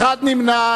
אחד נמנע.